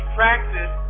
practice